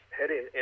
heading